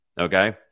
okay